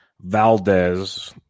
Valdez